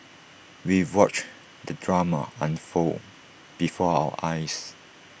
we watched the drama unfold before our eyes